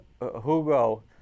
Hugo